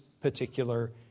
particular